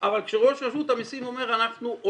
אבל כשראש רשות המיסים אומר על עצמו,